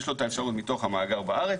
יש לו את האפשרות מתוך המאגר בארץ,